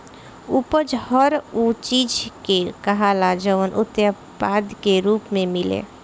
उपज हर उ चीज के कहाला जवन उत्पाद के रूप मे मिले